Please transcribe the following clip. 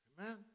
Amen